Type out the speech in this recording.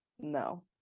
No